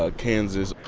ah kansas.